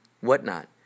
whatnot